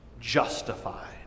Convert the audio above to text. justified